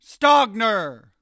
Stogner